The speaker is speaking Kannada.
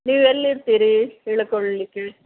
ನೀವು ಎಲ್ಲಿ ಇರ್ತೀರಿ ಇಳ್ಕೋಳ್ಲಿಕ್ಕೆ